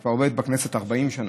כבר עובדת בכנסת 40 שנה,